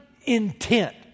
intent